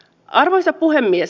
arvoisa puhemies